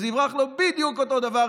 וזה יברח לו בדיוק אותו דבר.